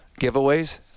giveaways